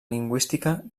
lingüística